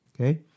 Okay